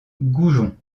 goujon